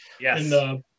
Yes